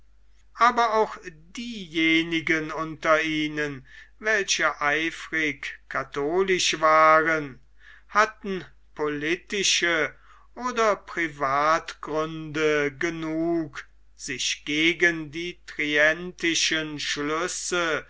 aber auch diejenigen unter ihnen welche eifrig katholisch waren hatten politische oder privatgründe genug sich gegen die trientischen schlüsse